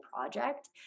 project